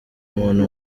umuntu